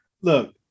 look